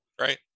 Right